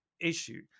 issue